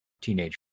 teenage